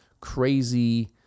crazy